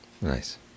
Nice